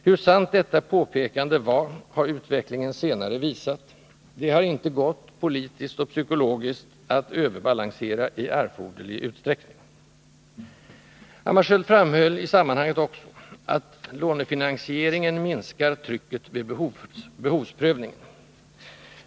Hur sant detta påpekande var har utvecklingen senare visat: Det har inte gått politiskt och psykologiskt att överbalansera i erforderlig utsträckning. Hammarskjöld framhöll i det sammanhanget också att ”lånefinansieringen minskar trycket vid behovsprövningen”.